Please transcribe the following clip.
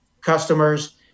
customers